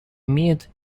имеют